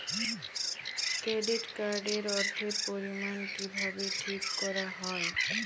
Credit card এর অর্থের পরিমান কিভাবে ঠিক করা হয়?